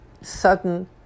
sudden